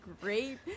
great